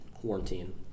Quarantine